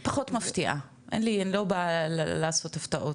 אני פחות מפתיעה, אני לא באה לעשות הפתעות.